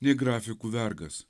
nei grafikų vergas